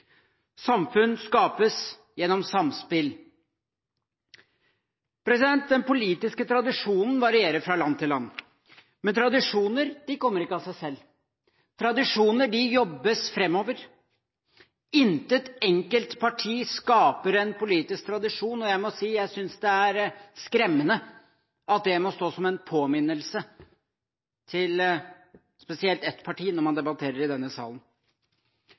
Samfunn skapes gjennom samspill. Den politiske tradisjonen varierer fra land til land. Men tradisjoner kommer ikke av seg selv. Tradisjoner jobbes framover. Intet enkelt parti skaper en politisk tradisjon, og jeg må si jeg synes det er skremmende at det må stå som en påminnelse til spesielt ett parti når man debatterer i denne salen.